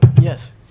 yes